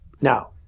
Now